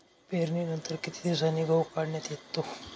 पेरणीनंतर किती दिवसांनी गहू काढण्यात येतो?